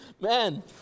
Man